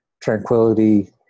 tranquility